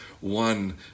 one